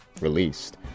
released